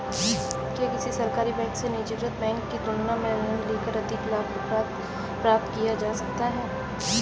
क्या किसी सरकारी बैंक से निजीकृत बैंक की तुलना में ऋण लेकर अधिक लाभ प्राप्त किया जा सकता है?